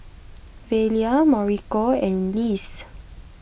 Velia Mauricio and Lise